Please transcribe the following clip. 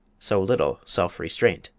so little self-restraint.